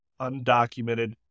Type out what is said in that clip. undocumented